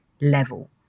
level